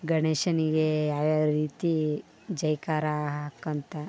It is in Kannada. ಗಣೇಶನಿಗೇ ಯಾವ್ಯಾವ ರೀತಿ ಜೈಕಾರ ಹಾಕ್ಕೊತ